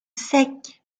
secs